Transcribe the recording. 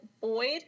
Boyd